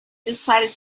decided